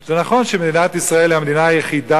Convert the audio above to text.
זה נכון שמדינת ישראל היא המדינה היחידה